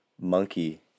monkey